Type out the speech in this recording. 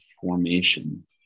formation